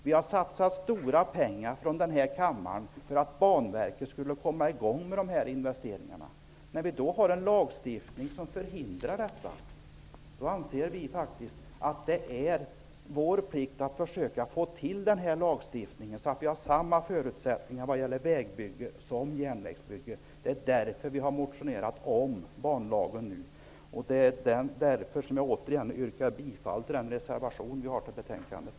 Vi har från denna kammare satsat stora pengar för att Banverket skulle komma igång med dessa investeringar. Det finns en lagstiftning som förhindrar en sådan satsning. Vi socialdemokrater anser det därför vara vår plikt att försöka att få till stånd en ny lagstiftning så att samma förutsättningar gäller för både vägbyggen och järnvägsbyggen. Det är därför som vi har motionerat om en banlag. Det är också därför som jag yrkar bifall till den reservation som är fogad till betänkandet.